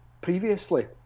previously